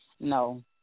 no